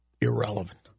irrelevant